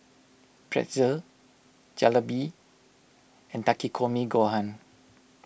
Pretzel Jalebi and Takikomi Gohan